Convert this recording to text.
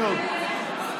מי עוד?